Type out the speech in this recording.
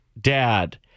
dad